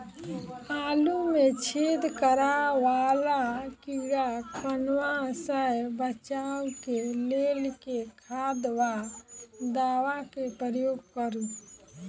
आलु मे छेद करा वला कीड़ा कन्वा सँ बचाब केँ लेल केँ खाद वा दवा केँ प्रयोग करू?